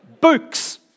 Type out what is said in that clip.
Books